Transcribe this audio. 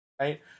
right